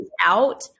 out